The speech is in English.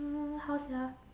mm how sia